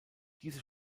diese